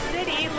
City